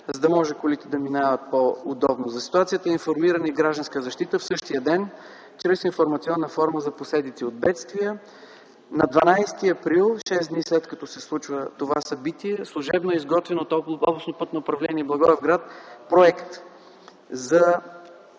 за да може колите да минават по-удобно. За ситуацията е информирана и Гражданска защита в същия ден чрез информационна форма за последици от бедствия. На 12 април, шест дни след като се случва това събитие, служебно е изготвен от Областно пътно управление – Благоевград, Проект за